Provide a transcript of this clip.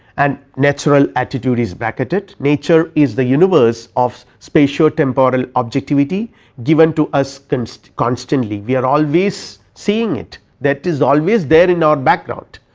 and natural attitude is bracketed, nature is the universe of spatiotemporal objectivity given to us so constantly, we are always seeing it that is always there in our background.